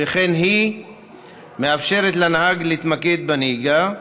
שכן היא מאפשרת לנהג להתמקד בנהיגה.